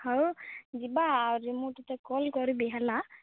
ହଉ ଯିବା ଆଉରି ମୁଁ ତୋତେ କଲ୍ କରିବି ହେଲା